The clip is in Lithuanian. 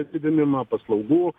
didinimą paslaugų